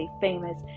famous